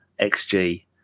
XG